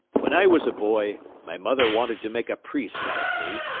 when i was a boy, my mother wanted to make a priest out of me.